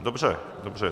Dobře, dobře.